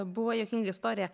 buvo juokinga istorija